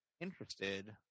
interested